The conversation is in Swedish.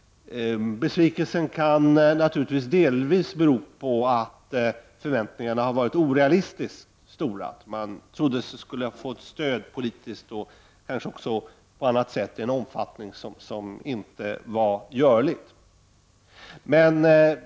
Besvikelsen kan naturligtvis delvis bero på att förväntningarna har varit orealistiskt stora, att man i Litauen trodde att man politiskt och på annat sätt skulle få ett stöd i en omfattning som inte var görlig.